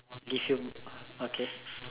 if you okay